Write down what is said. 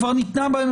כבר ניתנה בהם